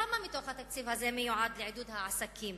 כמה מתוך התקציב הזה מיועד לעידוד העסקים